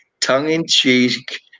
tongue-in-cheek